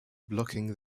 blocking